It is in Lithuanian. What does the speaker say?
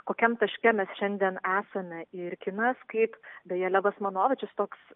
kokiam taške mes šiandien esame ir kinas kaip beje levas manovičius toks